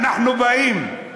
אנחנו באים,